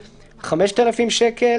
5,000" שקל.